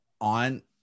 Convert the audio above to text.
on